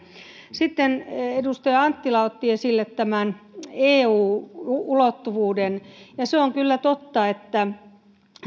edustaja anttila otti esille eu ulottuvuuden ja se on kyllä totta että